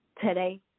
today